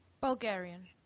Bulgarian